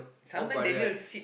all brother one